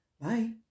bye